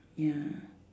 ya